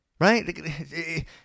right